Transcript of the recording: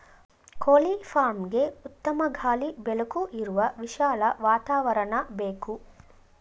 ಕೋಳಿ ಫಾರ್ಮ್ಗೆಗೆ ಉತ್ತಮ ಗಾಳಿ ಬೆಳಕು ಇರುವ ವಿಶಾಲ ವಾತಾವರಣ ಬೇಕು